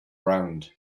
round